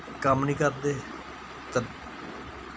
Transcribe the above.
कम्म निं करदे ते